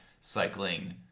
cycling